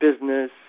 business